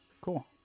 Cool